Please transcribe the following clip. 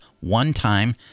one-time